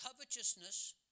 covetousness